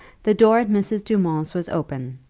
the door at mrs. dumont's was open,